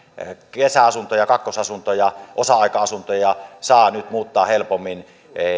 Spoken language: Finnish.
kesäasuntoja kakkosasuntoja osa aika asuntoja saa nyt muuttaa helpommin